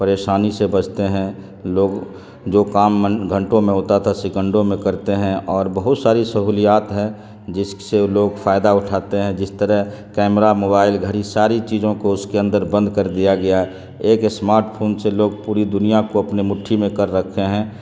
پریشانی سے بچتے ہیں لوگ جو کام گھنٹوں میں ہوتا تھا سکنڈوں میں کرتے ہیں اور بہت ساری سہولیات ہے جس سے لوگ فائدہ اٹھاتے ہیں جس طرح کیمرہ موبائل گھڑی ساری چیزوں کو اس کے اندر بند کر دیا گیا ایک اسمارٹ فون سے لوگ پوری دنیا کو اپنے مٹھی میں کر رکھے ہیں